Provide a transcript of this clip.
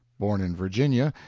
born in virginia,